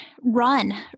Run